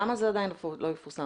למה זה עדיין לא פורסם?